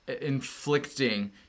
inflicting